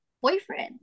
boyfriend